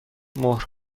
مهر